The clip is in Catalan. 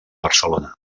barcelona